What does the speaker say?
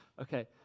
Okay